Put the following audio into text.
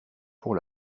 pour